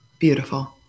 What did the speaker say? Beautiful